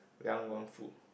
Liang-Wen-Fu